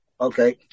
Okay